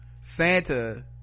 santa